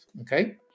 Okay